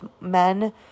men